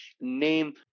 name